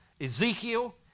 Ezekiel